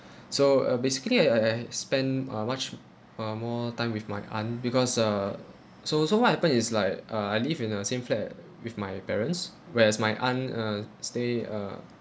so uh basically I I spend uh much uh more time with my aunt because uh so so what happened is like uh I live in the same flat with my parents whereas my aunt uh stay ah